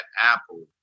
apple